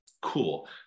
cool